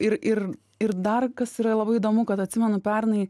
ir ir ir dar kas yra labai įdomu kad atsimenu pernai